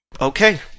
Okay